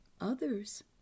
others